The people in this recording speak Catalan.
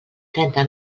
trenta